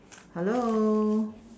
hello